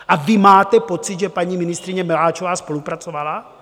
A vy máte pocit, že paní ministryně Maláčová spolupracovala?